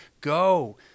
go